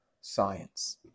science